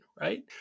right